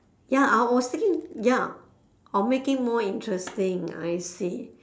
ya I was thinking ya I will make it more interesting I see